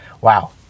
wow